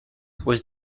was